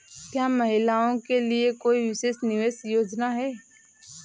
क्या महिलाओं के लिए कोई विशेष निवेश योजना है?